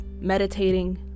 meditating